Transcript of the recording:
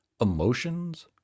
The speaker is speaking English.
emotions